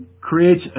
creates